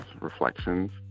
reflections